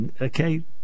Okay